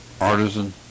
Artisan